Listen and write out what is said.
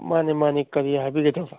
ꯃꯥꯅꯤ ꯃꯥꯅꯤ ꯀꯔꯤ ꯍꯥꯏꯕꯤꯒꯗꯕ